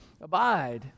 abide